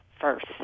first